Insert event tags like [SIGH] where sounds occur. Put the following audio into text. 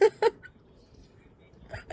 [LAUGHS]